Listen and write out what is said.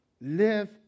live